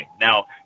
Now